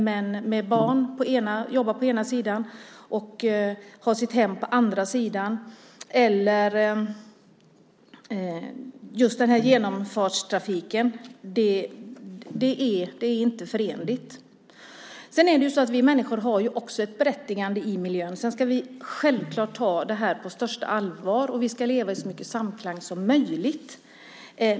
Men att jobba på ena sidan av älven och ha sitt hem på den andra sidan och utsättas för denna genomfartstrafik är inte förenligt. Vi människor har också ett berättigande i miljön. Vi ska självklart ta denna fråga på största allvar, och vi ska leva i så mycket samklang som möjligt med miljön.